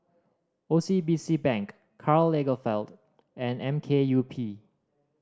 O C B C Bank Karl Lagerfeld and M K U P